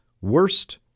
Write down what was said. Worst